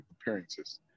appearances